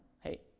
hey